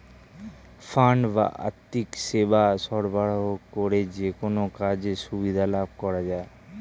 fund বা আর্থিক সেবা সরবরাহ করে যেকোনো কাজের সুবিধা লাভ করা যায়